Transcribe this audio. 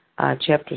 chapter